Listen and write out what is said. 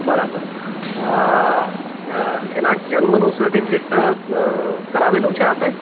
બરાબર એના જન્મનું સર્ટિફિકેટ કરાવેલું છે આપે